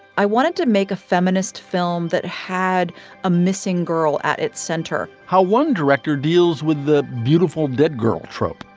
i wanted to make a feminist film that had a missing girl at its center how one director deals with the beautiful dead girl trope.